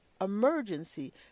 emergency